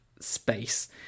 space